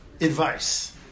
advice